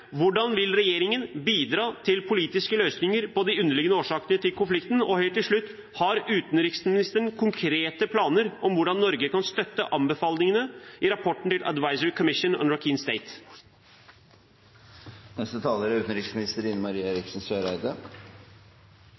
Hvordan vil regjeringen bidra til politiske løsninger på de underliggende årsakene til konflikten? Helt til slutt: Har utenriksministeren konkrete planer om hvordan Norge kan støtte anbefalingene i rapporten fra The Advisory Commission on